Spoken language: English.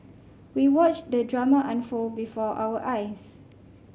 we watched the drama unfold before our eyes